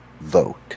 vote